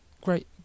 great